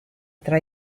tra